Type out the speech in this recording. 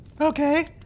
Okay